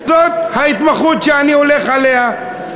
זאת ההתמחות שאני הולך עליה.